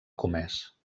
comès